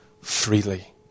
freely